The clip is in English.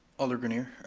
alder grenier?